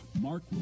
Mark